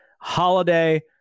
holiday